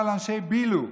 אמר לאנשי ביל"ו,